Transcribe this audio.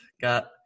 Got